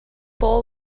bowl